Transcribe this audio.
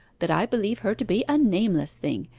that i believe her to be a nameless thing,